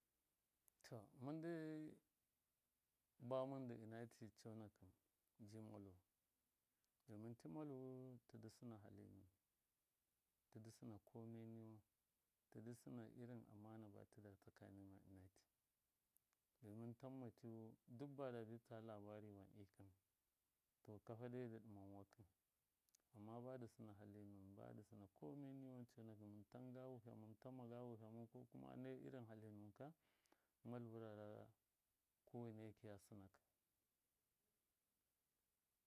To mɨndai ba mɨndɨ ɨna ti conakɨn ji malvu domin ti malvu tidɨ sɨna hali nuwɨn tɨdɨ sɨna komai niwan tɨdɨ sɨna irin amana ba dɨta tsaka niwan ɨna ti domin tamma tiyu duk badabi tsa labari wan ikɨn to kafa dai ɗɨman wakɨ amma badɨ sɨna hali nuwɨn komai nuwɨn conakɨn mɨntanga wiham mɨntanmaga wihamu kokuma nai irin hali nuwɨn ka malvu rara koweneki a sɨnakɨ.